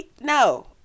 No